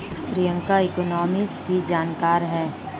Priyanka macroeconomics की जानकार है